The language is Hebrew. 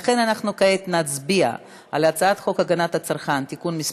לכן כעת נצביע על הצעת חוק הגנת הצרכן (תיקון מס'